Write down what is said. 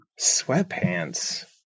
Sweatpants